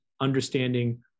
understanding